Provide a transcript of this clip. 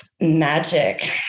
Magic